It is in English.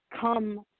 come